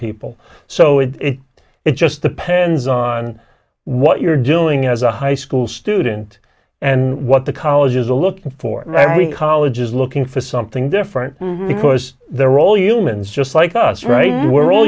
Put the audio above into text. people so it it just depends on what you're doing as a high school student and what the colleges are looking for every college is looking for something different because they're all humans just like us right we're all